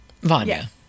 Vanya